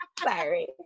sorry